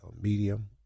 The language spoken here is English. Medium